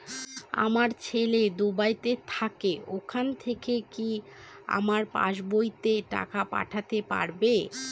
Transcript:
আমার ছেলে দুবাইতে থাকে ওখান থেকে কি আমার পাসবইতে টাকা পাঠাতে পারবে?